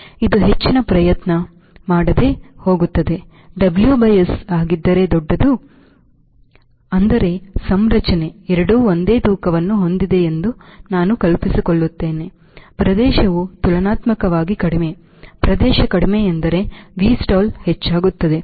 ಇದು ಹೆಚ್ಚಿನ ಪ್ರಯತ್ನ ಮಾಡದೆ ಹೋಗುತ್ತದೆ WS ಆಗಿದ್ದರೆ ದೊಡ್ಡದು ಅಂದರೆ ಸಂರಚನೆ ಎರಡೂ ಒಂದೇ ತೂಕವನ್ನು ಹೊಂದಿದೆಯೆಂದು ನಾನು ಕಲ್ಪಿಸಿಕೊಳ್ಳಿ ಪ್ರದೇಶವು ತುಲನಾತ್ಮಕವಾಗಿ ಕಡಿಮೆ ಪ್ರದೇಶ ಕಡಿಮೆ ಎಂದರೆ Vstall ಹೆಚ್ಚಾಗುತ್ತದೆ